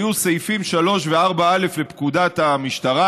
היו סעיפים 3 ו-4א לפקודת המשטרה.